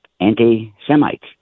anti-Semites